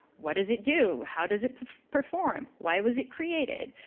what does it do? how does it perform? why was it created?